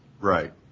Right